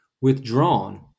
withdrawn